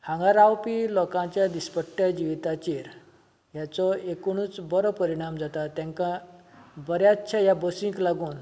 हांगा रावपी लोकांच्या दिसपट्ट्या जिविताचेर हाचो एकूणच बरो परिणाम जाता तांकां बऱ्याचशा ह्या बसींक लागून